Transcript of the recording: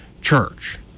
church